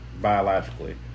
biologically